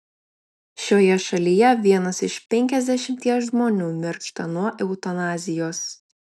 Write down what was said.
šioje šalyje vienas iš penkiasdešimties žmonių miršta nuo eutanazijos